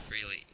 freely